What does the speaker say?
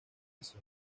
más